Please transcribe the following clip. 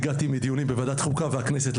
פשוט הגעתי מדיונים בוועדת חוקה של הכנסת.